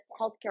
healthcare